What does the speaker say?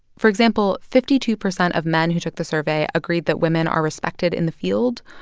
for example, fifty two percent of men who took the survey agreed that women are respected in the field.